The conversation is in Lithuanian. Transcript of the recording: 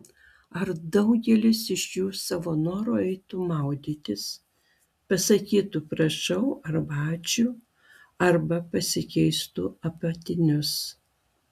ar daugelis iš jų savo noru eitų maudytis pasakytų prašau arba ačiū arba pasikeistų apatinius